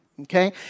Okay